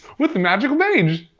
with the magical baydge!